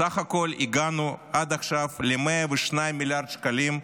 בסך הכול הגענו עד עכשיו ל-102 מיליארד שקלים,